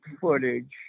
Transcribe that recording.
footage